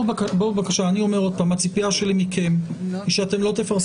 אני אומר שוב שהציפייה שלי מכם היא שאתם לא תפרסמו